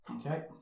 Okay